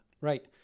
Right